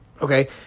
okay